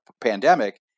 pandemic